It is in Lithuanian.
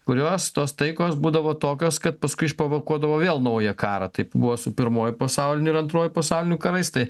kurios tos taikos būdavo tokios kad paskui išprovokuodavo vėl naują karą taip buvo su pirmuoju pasauliniu ir antruoju pasauliniu karais tai